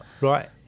right